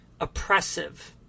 oppressive